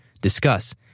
discuss